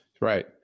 Right